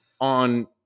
on